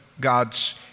God's